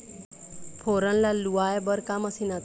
फोरन ला लुआय बर का मशीन आथे?